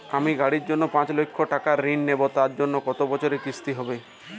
আমি গাড়ির জন্য পাঁচ লক্ষ টাকা ঋণ নেবো তার জন্য কতো বছরের কিস্তি হবে?